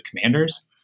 Commanders